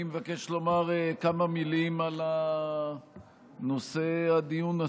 אני מבקש לומר כמה מילים על נושא הדיון עצמו.